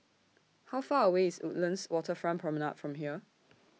How Far away IS Woodlands Waterfront Promenade from here